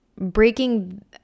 breaking